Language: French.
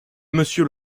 monsieur